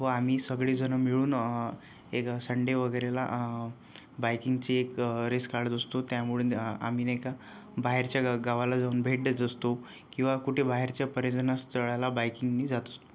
व आम्ही सगळेजणं मिळून एक संडे वगैरेला बाइकिंगची एक रेस काढत असतो त्यामुळे आम्ही नाही का बाहेरच्या गा गावाला जाऊन भेट देत असतो किवा कुठे बाहेरच्या पर्यटन स्थळाला बाइकिंगनी जात असतो